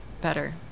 better